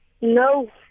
No